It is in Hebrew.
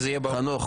חנוך,